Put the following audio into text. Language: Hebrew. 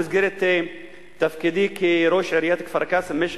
במסגרת תפקידי כראש עיריית כפר-קאסם במשך